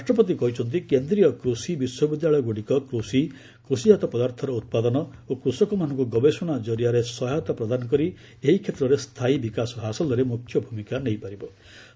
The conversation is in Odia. ରାଷ୍ଟ୍ରପତି କହିଛନ୍ତି କେନ୍ଦ୍ରୀୟ କୃଷି ବିଶ୍ୱବିଦ୍ୟାଳୟଗୁଡ଼ିକ କୃଷି କୃଷିଜାତ ପଦାର୍ଥର ଉତ୍ପାଦନ ଓ କୃଷକମାନଙ୍କୁ ଗବେଷଣା ଜରିଆରେ ସହାୟତା ପ୍ରଦାନ କରି ଏହି କ୍ଷେତ୍ରରେ ସ୍ଥାୟୀ ବିକାଶ ହାସଲରେ ମୁଖ୍ୟ ଭୂମିକା ନେଇପାରିବେ